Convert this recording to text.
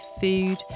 food